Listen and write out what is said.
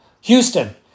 Houston